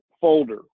folder